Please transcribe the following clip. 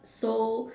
so